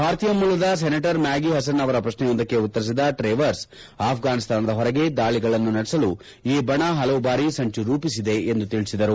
ಭಾರತೀಯ ಮೂಲದ senator Maggie Hassan ಅವರ ಪ್ರಶ್ವೆಯೊಂದಕ್ಕೆ ಉತ್ತರಿಸಿದ ಟ್ರೇವರ್ಸ್ ಅಫ್ಟಾನಿಸ್ತಾನದ ಹೊರಗೆ ದಾಳಿಗಳನ್ನು ನಡೆಸಲು ಈ ಬಣ ಹಲವು ಬಾರಿ ಸಂಚು ರೂಪಿಸಿದೆ ಎಂದು ತಿಳಿಸಿದರು